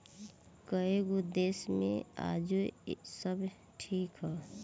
कएगो देश मे आजो इ सब ठीक ह